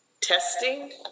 Testing